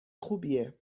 خوبیه